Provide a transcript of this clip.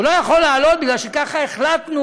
הוא לא יכול לעלות כי ככה החלטנו,